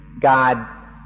God